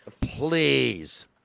Please